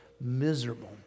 miserable